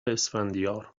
اسفندیار